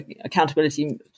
accountability